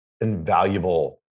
invaluable